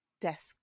desk